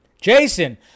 Jason